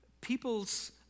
people's